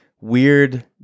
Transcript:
weird